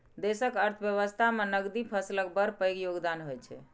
देशक अर्थव्यवस्था मे नकदी फसलक बड़ पैघ योगदान होइ छै